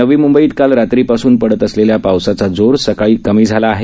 नवी मुंबईत काल रात्रीपासून पडत असलेल्या पावसाचा जोर सकाळी कमी झाला आहे